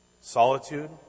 solitude